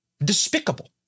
Despicable